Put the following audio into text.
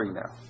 now